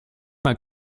mal